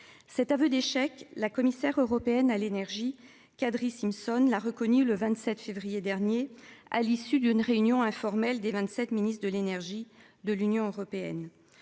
Cet aveu d'échec. La commissaire européenne à l'Énergie Kadri Simpson l'a reconnu, le 27 février dernier à l'issue d'une réunion informelle des 27 Ministre de l'énergie de l'Union Européenne